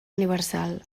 universal